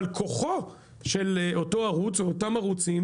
אבל כוחו של אותו ערוץ או אותם ערוצים